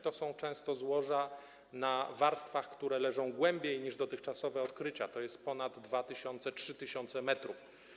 To są często złoża w warstwach, które leżą głębiej niż dotychczasowe odkrycia, tj. ponad 2000, 3000 m.